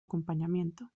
acompañamiento